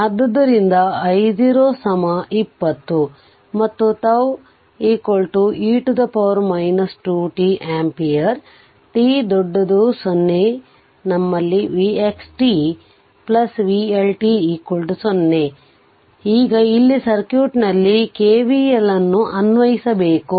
ಆದ್ದರಿಂದ I0 20 ಮತ್ತು τ e 2t ampere t 0 ನಮ್ಮಲ್ಲಿ v x t vLt 0 ಇದೆ ಈಗ ಇಲ್ಲಿ ಸರ್ಕ್ಯೂಟ್ನಲ್ಲಿ KVL ಅನ್ನು ಅನ್ವಯಿಸಬೇಕು